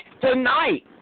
tonight